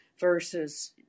versus